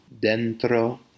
dentro